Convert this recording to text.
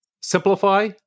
Simplify